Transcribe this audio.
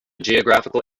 geographical